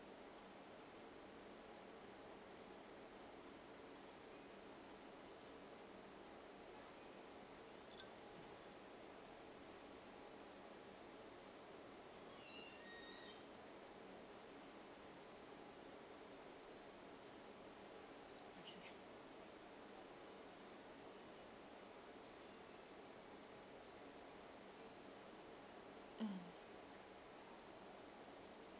mm